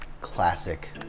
classic